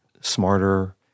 smarter